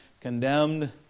condemned